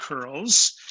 curls